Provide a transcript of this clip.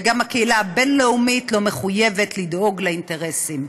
וגם הקהילה הבין-לאומית לא מחויבת לדאוג לאינטרסים.